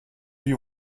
you